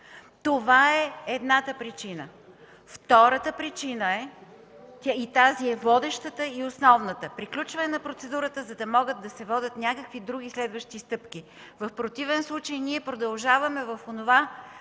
Това е едната причина. Втората причина, и тя е водеща и основна – приключване на процедурата, за да могат да се водят други и следващи стъпки. В противен случай продължаваме в онова